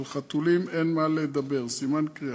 על חתולים אין מה לדבר, סימן קריאה.